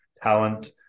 talent